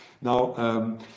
Now